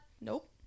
Nope